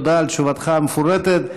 תודה על תשובתך המפורטת.